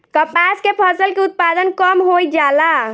कपास के फसल के उत्पादन कम होइ जाला?